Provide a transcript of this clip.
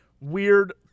Weird